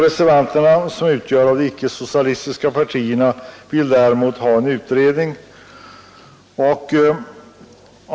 Reservanterna, som utgörs av ledamöterna från de icke socialistiska partierna, vill däremot ha en utredning.